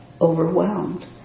overwhelmed